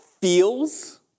feels